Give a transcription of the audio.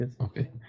Okay